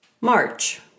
March